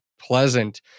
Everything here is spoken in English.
pleasant